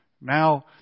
Now